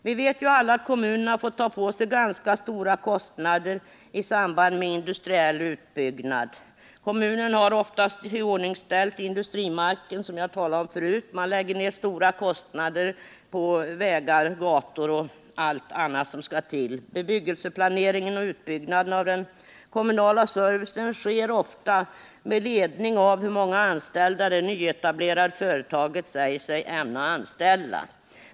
Vi vet ju alla att kommunerna får ta på sig ganska stora kostnader i samband med industriell utbyggnad. Kommunen har som jag tidigare sade ofta ställt i ordning industrimarken, man lägger ner stora kostnader på vägar och gator, ledningar och allt annat sådant som måste till. Bebyggelseplaneringen och utbyggnaden av den kommunala servicen sker ofta med ledning av hur många anställda det nyetablerade företaget säger sig ämna anställa.